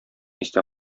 истә